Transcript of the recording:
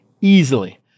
easily